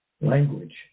language